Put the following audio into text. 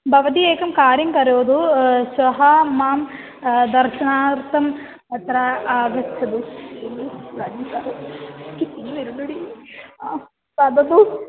भवती एकं कार्यं करोतु श्वः मां दर्शनार्थम् अत्र आगच्छतु ददतु